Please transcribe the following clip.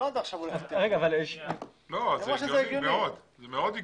זה מאוד הגיוני.